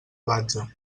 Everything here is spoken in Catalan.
platja